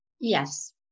Yes